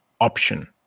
option